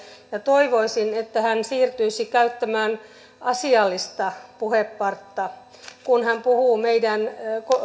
ja toivoisin että hän siirtyisi käyttämään asiallista puheenpartta kun hän puhuu meidän